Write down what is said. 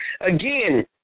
again